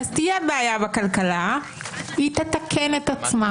אז תהיה בעיה בכלכלה, היא תתקן את עצמה.